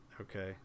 Okay